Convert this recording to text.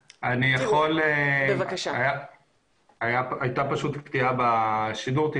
הייתה קטיעה קלה בשידור.